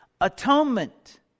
Atonement